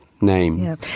name